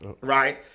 right